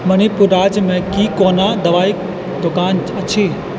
मणिपुर राज्यमे की कोनो दवाइके दोकान अछि